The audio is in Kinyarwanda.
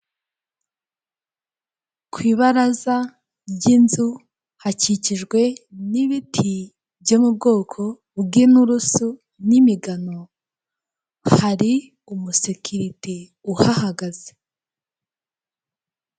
Ku ibaraza ry'inzu hakikijwe n'ibiti byo mu bwoko bw'inturusu n'imigano, hari umusekirite uhahagaze.